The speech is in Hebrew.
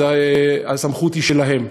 הסמכות היא שלו.